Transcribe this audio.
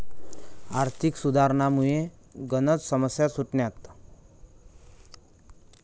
आर्थिक सुधारसनामुये गनच समस्या सुटण्यात